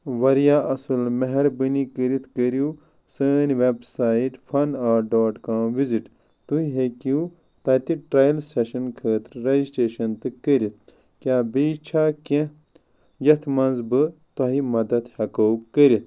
واریاہ اصٕل مہربٲنی كرِتھ كریٛو سٲنۍ web site fun art dot com visit تُہۍ ہیٚکو تتہِ ٹرٛینِنٛگ سیٚشن خٲطرٕ رَجسٹرٛیشن تہِ کٔرتھ کیٛاہ بیٚیہِ چھا کیٚنٛہہ یتھ منٛز بہٕ تۄہہِ مدد ہیٚکہو کٔرتھ